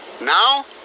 now